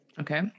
Okay